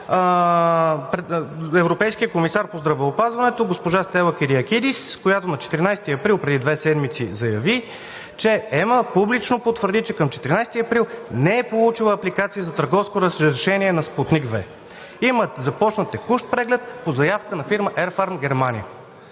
европейския комисар по здравеопазването госпожа Стела Кириакидис, която на 14 април – преди две седмици, заяви, че ЕМА публично потвърди, че към 14 април не е получила апликации за търговско решение на „Спутник V“. Започнат е текущ преглед по заявка на фирма „Ерфарм“ – Германия.